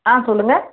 ஆ சொல்லுங்க